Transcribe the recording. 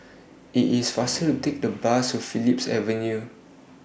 IS IT faster to Take The Bus to Phillips Avenue